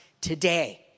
today